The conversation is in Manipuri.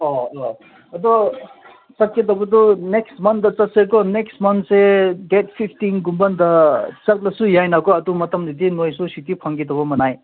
ꯑꯣ ꯑꯣ ꯑꯗꯣ ꯆꯠꯀꯗꯕꯗꯣ ꯅꯦꯛꯁ ꯃꯟꯗ ꯆꯠꯁꯦꯀꯣ ꯅꯦꯛꯁ ꯃꯟꯁꯦ ꯗꯦꯠ ꯁꯤꯛꯁꯇꯤꯟꯒꯨꯝꯕꯗ ꯆꯠꯂꯁꯨ ꯌꯥꯏꯅꯀꯣ ꯑꯗꯨ ꯃꯇꯝꯗꯗꯤ ꯃꯣꯏꯁꯨ ꯁꯨꯇꯤ ꯐꯪꯒꯗꯕ ꯃꯉꯥꯏ